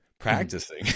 Practicing